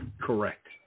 correct